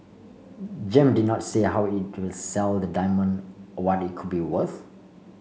Gem did not say how it will sell the diamond what it could be worth